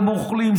הם אוכלים,